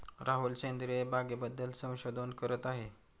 राहुल सेंद्रिय बागेबद्दल संशोधन करत आहे